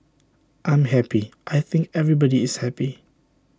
I'm happy I think everybody is happy